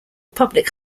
public